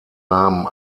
namen